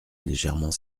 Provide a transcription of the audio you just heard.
légèrement